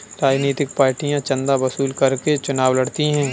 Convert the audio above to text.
राजनीतिक पार्टियां चंदा वसूल करके चुनाव लड़ती हैं